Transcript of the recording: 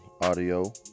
audio